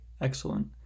excellent